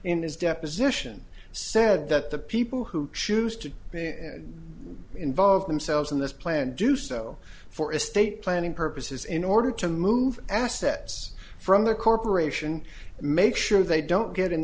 in his deposition said that the people who choose to involve themselves in this plan do so for estate planning purposes in order to move assets from the corporation make sure they don't get an